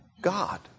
God